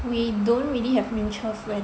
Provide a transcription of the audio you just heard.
we don't really have mutual friend